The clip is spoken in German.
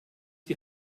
die